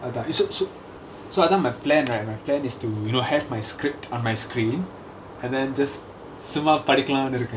ya ya ya correct correct correct அதான்:adhaan it so so so right now my plan right my plan is to you know have my script on my screen and then just ya